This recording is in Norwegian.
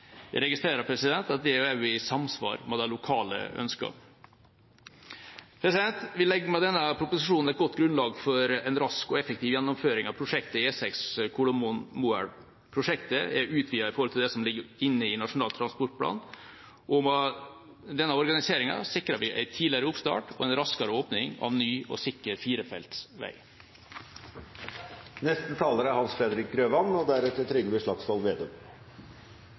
Jeg registrerer at dette også er i samsvar med de lokale ønskene. Vi legger med denne proposisjonen et godt grunnlag for en rask og effektiv gjennomføring av prosjektet E6 Kolomoen–Moelv. Prosjektet er utvidet i forhold til det som ligger inne i Nasjonal transportplan, og med denne organiseringen sikrer vi en tidligere oppstart og en raskere åpning av en ny og sikker firefelts vei. Den foreslåtte utbygde strekningen Kolomoen–Moelv på E6 er en svært viktig ferdselsåre for både næring og